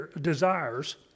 desires